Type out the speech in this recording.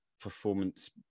performance